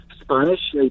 spanish